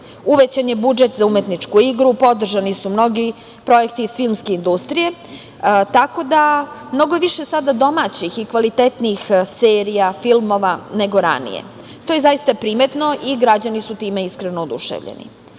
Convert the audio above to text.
Uvećan je budžet za umetničku igru, podržani su mnogi projekti iz filmske industriji, tako da mnogo je više sada domaćih i kvalitetnijih serija i filmova, nego ranije. To je zaista primetno i građani su time iskreno oduševljeni.